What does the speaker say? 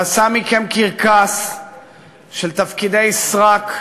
הוא עשה מכם קרקס של תפקידי סרק,